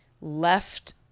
left